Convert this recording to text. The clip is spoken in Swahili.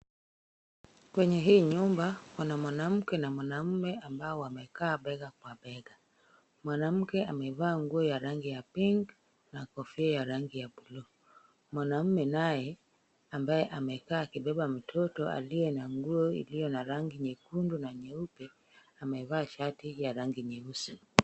Kwenye hii nyumba kuna mwanamke na mwanamume ambao wamekaa bega kwa bega. Mwanamke amevaa nguo ya rangi ya pink na kofia ya rangi ya blue . Mwanamume naye ambaye amekaa akibeba mtoto, aliye na nguo iliyo na rangi nyekundu na nyeupe, amevaa shati ya rangi nyeusi.